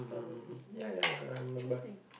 probably interesting